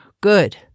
Good